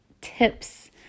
tips